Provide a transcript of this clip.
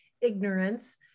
ignorance